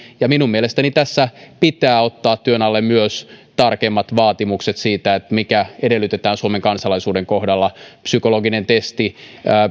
ja minun mielestäni tässä pitää ottaa työn alle myös tarkemmat vaatimukset siitä mitä edellytetään suomen kansalaisuuden kohdalla psykologinen testi